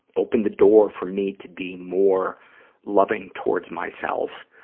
opened the door for me to be more loving toward myself.